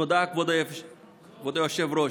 תודה, כבוד היושב-ראש.